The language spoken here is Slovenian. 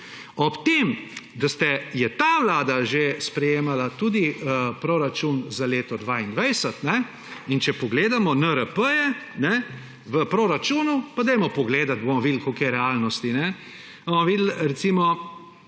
Ob tem, da je ta vlada že sprejemala tudi proračun za leto 2022, in če pogledamo NRP-je v proračunu, pa dajmo pogledati, bomo videli, koliko je realnosti.